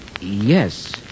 yes